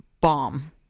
bomb